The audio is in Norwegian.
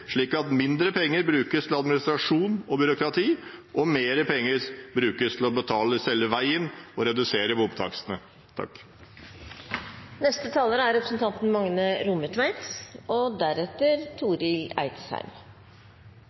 slik at mindre penger brukes til administrasjon og byråkrati og mer penger brukes til å betale selve veien og redusere bomtakstene. Statsråden skryter mykje av at denne regjeringa overoppfyller den vedtekne NTP-en, og